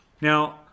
Now